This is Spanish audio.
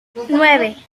nueve